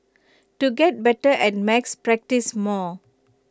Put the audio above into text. to get better at maths practise more